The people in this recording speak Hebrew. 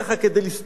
כדי לסתום,